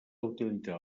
utilitzar